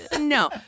no